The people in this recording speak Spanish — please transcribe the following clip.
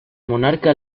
monarca